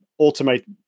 automate